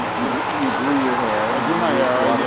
you know you grew your hair. i grew my hair, and